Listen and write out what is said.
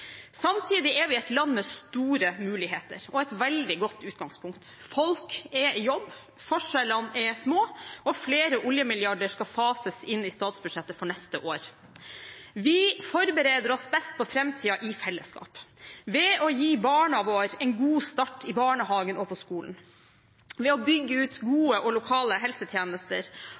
Samtidig er vi et land med store muligheter og med et veldig godt utgangspunkt: Folk er i jobb, forskjellene er små, og flere oljemilliarder skal fases inn i statsbudsjettet for neste år. Vi forbereder oss best på framtiden i fellesskap. Det gjør vi ved å gi barna våre en god start i barnehagen og på skolen, ved å bygge ut gode lokale helsetjenester